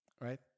right